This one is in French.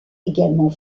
également